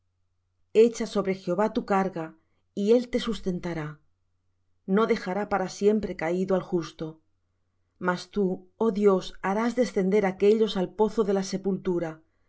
echa sobre jehová tu carga y él te sustentará no dejará para siempre caído al justo mas tú oh dios harás descender aquéllos al pozo de la sepultura